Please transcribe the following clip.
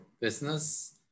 business